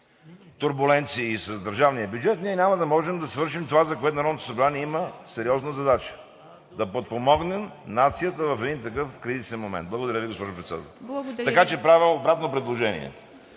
турбуленции и с държавния бюджет, ние няма да можем да свършим това, за което Народното събрание има сериозна задача – да подпомогнем нацията в един такъв кризисен момент. Благодаря Ви, госпожо Председател. Така че правя обратно предложение